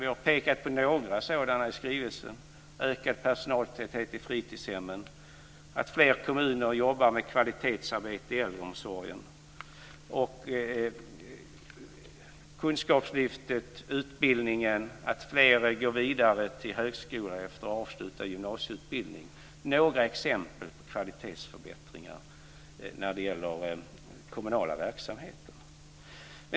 Vi har pekat på några sådana i skrivelsen: ökad personaltäthet på fritidshemmen, fler kommuner jobbar med kvalitetsarbete i äldreomsorgen, Kunskapslyftet, att fler går vidare till högskola efter avslutad gymnasieutbildning. Det är några exempel på kvalitetsförbättringar när det gäller kommunala verksamheter.